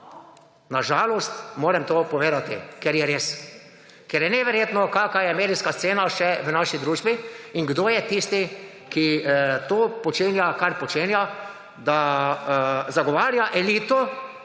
Na žalost moram to povedati, ker je res. Ker je neverjetno, kakšna je medijska scena še v naši družbi in kdo je tisti, ki to počenja, kar počenja, da zagovarja elito